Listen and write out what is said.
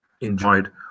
enjoyed